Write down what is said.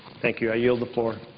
thank you. i yield the floor.